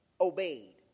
obeyed